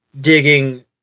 digging